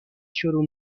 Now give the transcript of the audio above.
شروع